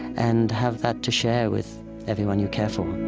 and have that to share with everyone you care